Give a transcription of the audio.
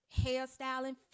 hairstyling